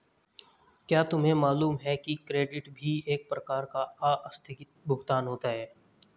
क्या तुम्हें मालूम है कि क्रेडिट भी एक प्रकार का आस्थगित भुगतान होता है?